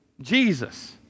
Jesus